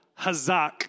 hazak